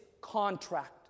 contract